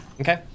Okay